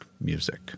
music